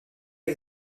que